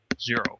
zero